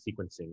sequencing